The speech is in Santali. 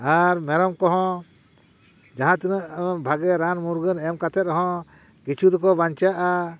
ᱟᱨ ᱢᱮᱨᱚᱢ ᱠᱚᱦᱚᱸ ᱡᱟᱦᱟᱸ ᱛᱤᱱᱟᱹᱜ ᱵᱷᱟᱜᱮ ᱨᱟᱱ ᱢᱩᱨᱜᱟᱹᱱ ᱮᱢ ᱠᱟᱛᱮᱫ ᱨᱮᱦᱚᱸ ᱠᱤᱪᱷᱩ ᱫᱚᱠᱚ ᱵᱟᱧᱪᱟᱜᱼᱟ